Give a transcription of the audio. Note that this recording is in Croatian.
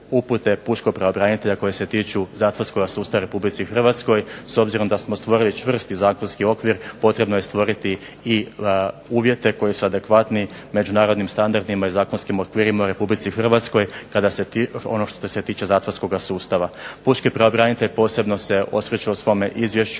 pučkog pravobranitelja koji se tiču zatvorskoga sustava u Republici Hrvatskoj, s obzirom da smo stvorili čvrsti zakonski okvir, potrebno je stvoriti i uvjete koji su adekvatni međunarodnim standardima i zakonskim okvirima u Republici Hrvatskoj, kada se, ono što se tiče zatvorskoga sustava. Pučki pravobranitelj posebno se osvrće u svome izvješću